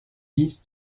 bis